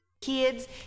Kids